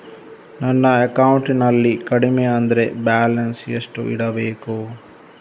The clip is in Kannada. ನನ್ನ ಅಕೌಂಟಿನಲ್ಲಿ ಕಡಿಮೆ ಅಂದ್ರೆ ಬ್ಯಾಲೆನ್ಸ್ ಎಷ್ಟು ಇಡಬೇಕು?